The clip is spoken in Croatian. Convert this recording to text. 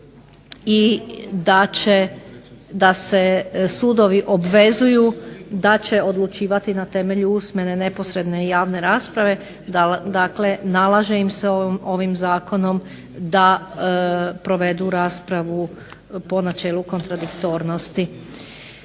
i da će, da se sudovi obvezuju da će odlučivati na temelju usmene, neposredne i javne rasprave. Dakle, nalaže im se ovim Zakonom da provedu raspravu po načelu kontradiktornosti.